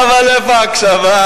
אבל איפה ההקשבה?